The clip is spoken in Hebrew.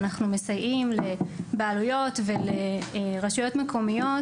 אנחנו מסייעים לבעלויות ולרשויות מקומיות,